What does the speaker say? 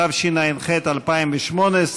התשע"ח 2018,